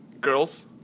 girls